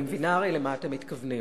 אני מבינה הרי למה אתם מתכוונים.